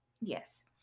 Yes